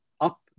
up